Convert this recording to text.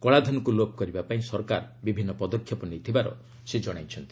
କଳାଧନକୁ ଲୋପ୍ କରିବା ପାଇଁ ସରକାର ବିଭିନ୍ନ ପଦକ୍ଷେପ ନେଇଥିବାର ସେ ଜଣାଇଛନ୍ତି